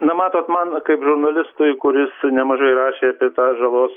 na matot man kaip žurnalistui kuris nemažai rašė apie tą žalos